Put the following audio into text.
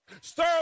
Stir